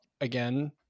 again